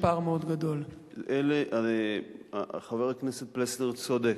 לתקן הקבוע על-ידי משרד החינוך.